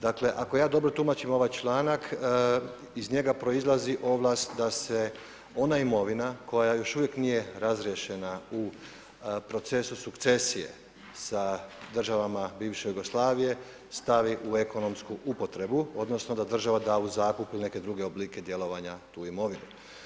Dakle ako ja dobro tumačim ovaj članak, iz njega proizlazi ovlast da se ona imovina koja još uvijek nije razjašnjena u procesu sukcesije sa državama bivše Jugoslavije stavi u ekonomsku upotrebu odnosno da država da u zakup ili neke druge oblike djelovanja tu imovinu.